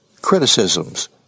criticisms